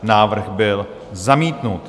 Návrh byl zamítnut.